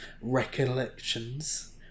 recollections